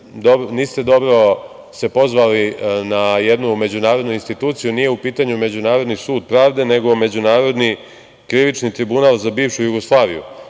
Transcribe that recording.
niste dobro pozvali na jednu međunarodnu instituciju. Nije u pitanju Međunarodni sud pravde, nego Međunarodni krivični tribunal za bivšu Jugoslaviju